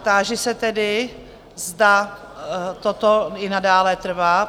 Táži se tedy, zda toto i nadále trvá?